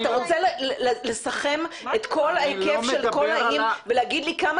אתה רוצה לסכם את כל ההיקף של האיים ולהגיד לי כמה